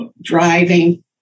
driving